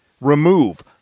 remove